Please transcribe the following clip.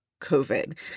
COVID